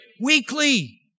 Weekly